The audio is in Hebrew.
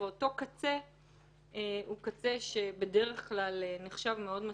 כאשר אותו קצה נחשב בדרך כלל מאוד מסוכן.